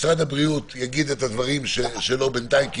משרד הבריאות יגיד את הדברים שלו בינתיים,